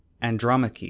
Andromache